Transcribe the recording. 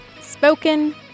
Spoken